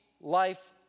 life